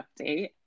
update